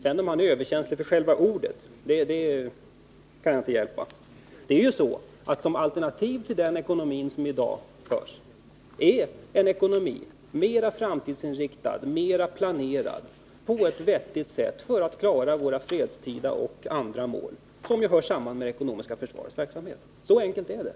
Om Gunnar Björk är överkänslig för själva ordet så kan jag inte hjälpa det. Alternativet till den ekonomi som i dag förs är en ekonomi som är mer framtidsinriktad och mer planerad på ett vettigt sätt för att vi skall klara våra fredstida och andra mål, som ju hör samman med det ekonomiska försvarets verksamhet. Så enkelt är det.